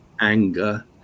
anger